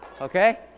Okay